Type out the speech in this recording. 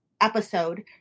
episode